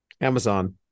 Amazon